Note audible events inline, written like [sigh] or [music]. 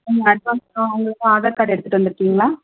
[unintelligible] advance Aadhaar card எடுத்துகிட்டு வந்துருக்கிங்ளா